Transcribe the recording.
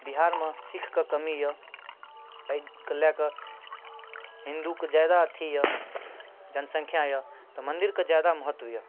बिहारमे सिख्खके कमी यऽ एहिके लए कऽ हिन्दूके जादा अथी यऽ जनसँख्या यऽ तऽ मन्दिरके जादा महत्व यऽ